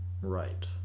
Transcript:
Right